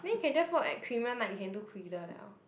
then can just what creamier night can do quenelle liao